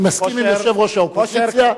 אני מסכים עם יושב-ראש האופוזיציה,